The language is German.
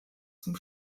zum